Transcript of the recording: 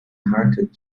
hearted